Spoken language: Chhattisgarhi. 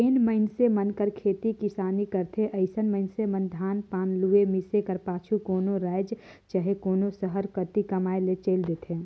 जेन मइनसे मन खेती किसानी करथे अइसन मइनसे मन धान पान लुए, मिसे कर पाछू कोनो राएज चहे कोनो सहर कती कमाए ले चइल देथे